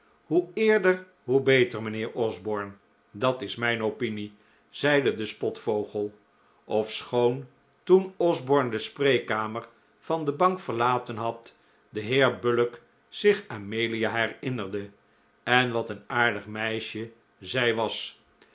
hoe eerder hoe beter mijnheer osborne dat is mijn opinie zeide de spotvogel ofschoon toen osborne de spreekkamer van de bank verlaten had de heer bullock zich amelia herinnerde en wat een aardig meisje zij was